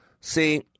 See